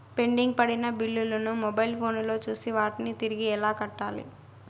pending పడిన బిల్లులు ను మొబైల్ ఫోను లో చూసి వాటిని తిరిగి ఎలా కట్టాలి